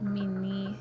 Mini